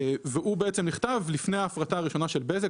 הוא בעצם נכתב לפני ההפרטה הראשונה של בזק